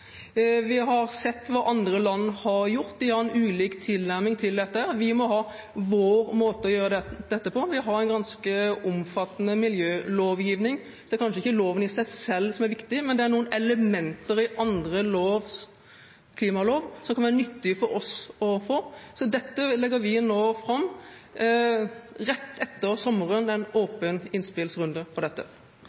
andre land. De har en ulik tilnærming til dette. Vi må ha vår måte å gjøre dette på. Vi har en ganske omfattende miljølovgivning, så det er kanskje ikke loven i seg selv som er viktig. Men det er elementer i andre lands klimalov som kan være nyttig for oss å få. Så dette legger vi fram en åpen innspillsrunde om rett etter sommeren.